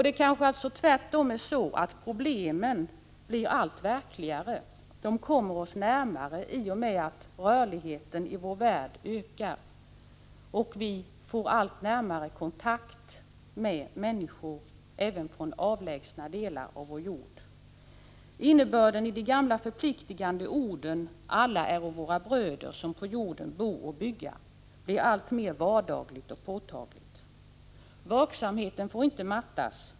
Det kanske helt enkelt är så, att problemen blir verkligare, de kommer oss närmare, i och med att rörligheten i vår värld ökar och vi får allt bättre kontakt med människor även från avlägsna delar av vår jord. Innebörden i de gamla förpliktigande orden ”alla äro våra bröder som på jorden bo och bygga” blir alltmer vardaglig och påtaglig. Vaksamheten får inte mattas.